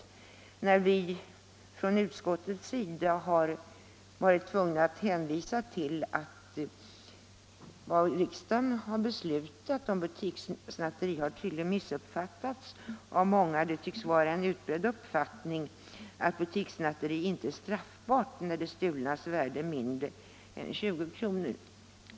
Vi har emellertid från utskottets sida varit tvungna att hänvisa till vad riksdagen har beslutat om butikssnatteri för det har tydligen missuppfattats av många. Det tycks vara en utbredd uppfattning att butikssnatteri inte är straffbart när det stulnas värde är mindre än 20 kr.